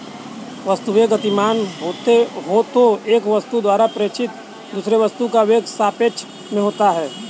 वस्तुएं गतिमान हो तो एक वस्तु द्वारा प्रेक्षित दूसरे वस्तु का वेग सापेक्ष में होता है